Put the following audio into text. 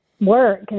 work